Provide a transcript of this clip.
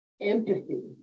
empathy